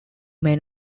may